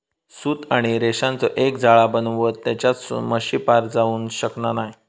सूत आणि रेशांचो एक जाळा बनवतत तेच्यासून मच्छी पार जाऊ शकना नाय